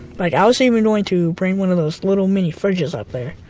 like, i was even going to bring one of those little mini fridges up there.